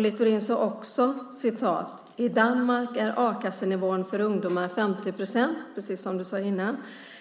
Littorin sade också: "I Danmark är a-kassenivån för ungdomar 50 procent" precis som du sade innan